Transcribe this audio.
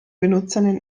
benutzern